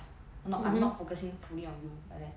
mmhmm